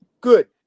good